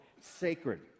sacred